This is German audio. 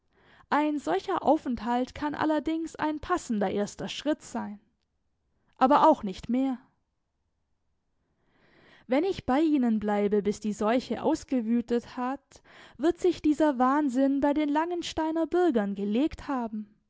ein solcher aufenthalt kann allerdings ein passender erster schritt sein aber auch nicht mehr wenn ich bei ihnen bleibe bis die seuche ausgewütet hat wird sich dieser wahnsinn bei den langensteiner bürgern gelegt haben